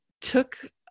took